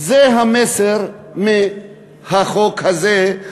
זה המסר מהחוק הזה,